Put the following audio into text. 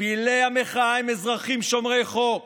פעילי המחאה הם אזרחים שומרי חוק